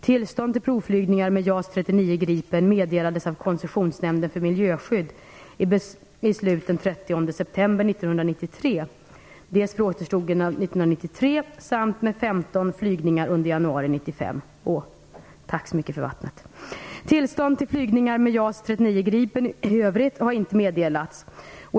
Tillstånd till provflygningar med JAS 39 Gripen meddelades av flygningar under januari 1995. Tillstånd till flygningar med JAS 39 Gripen i övrigt har inte meddelats.